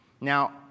Now